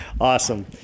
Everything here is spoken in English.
Awesome